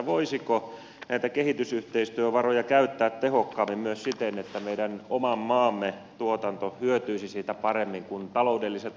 voisiko näitä kehitysyhteistyövaroja käyttää tehokkaammin myös siten että meidän oman maamme tuotanto hyötyisi siitä paremmin kun taloudelliset ajatkin meillä ovat tällaiset